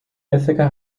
ithaca